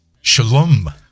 Shalom